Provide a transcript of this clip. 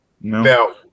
now